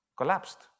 collapsed